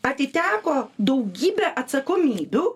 atiteko daugybė atsakomybių